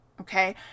Okay